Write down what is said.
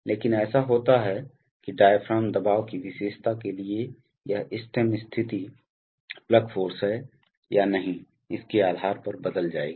लेकिन ऐसा होता है कि डायाफ्राम दबाव की विशेषता के लिए यह स्टेम स्थिति प्लग फ़ोर्स है या नहीं इसके आधार पर बदल जाएगी